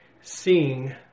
seeing